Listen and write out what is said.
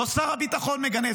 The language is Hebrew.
לא שר הביטחון מגנה,